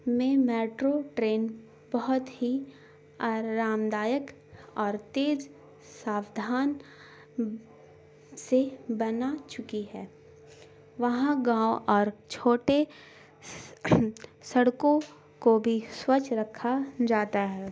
میں metro train بہت ہی آرام دایک اور تیز ساابدھان سے بنا چکی ہے وہاں گاؤں اور چھوٹے سڑکوں کو بھی سوچھ رکھا جاتا ہے